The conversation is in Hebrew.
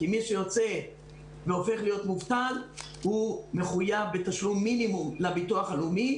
כי מי שהופך להיות מובטל הוא מחויב בתשלום מינימום לביטוח הלאומי.